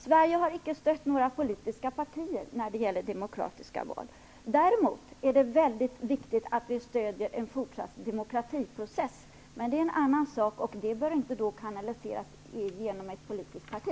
Sverige har icke stött några politiska partier när det gäller demokratiska val. Däremot är det viktigt att vi stöder en fortsatt demokratiprocess. Det är en annan sak. Det stödet bör inte kanaliseras genom ett politiskt parti.